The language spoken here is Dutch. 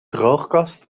droogkast